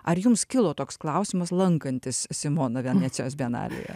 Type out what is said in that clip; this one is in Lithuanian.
ar jums kilo toks klausimas lankantis simona venecijos bienalėje